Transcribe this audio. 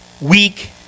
weak